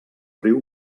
riu